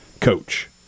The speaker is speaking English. coach